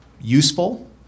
useful